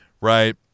right